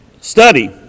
study